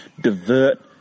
divert